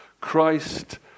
Christ